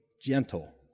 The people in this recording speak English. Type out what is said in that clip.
gentle